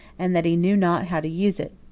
and that he knew not how to use it.